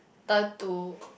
turn to